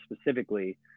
specifically